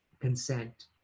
consent